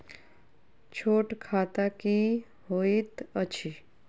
छोट खाता की होइत अछि